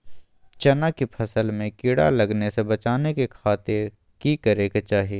चना की फसल में कीड़ा लगने से बचाने के खातिर की करे के चाही?